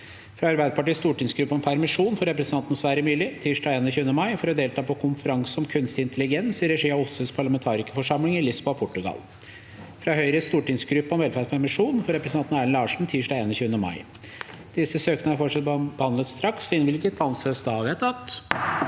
fra Arbeiderpartiets stortingsgruppe om permisjon for representanten Sverre Myrli tirsdag 21. mai for å delta på konferanse om kunstig intelligens i regi av OSSEs parlamentarikerforsamling i Lisboa, Portugal – fra Høyres stortingsgruppe om velferdspermisjon for representanten Erlend Larsen tirsdag 21. mai Disse søknader foreslås behandlet straks og innvilget. – Det anses vedtatt.